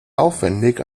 aufwendig